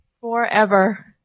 forever